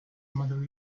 mother